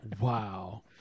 Wow